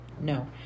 No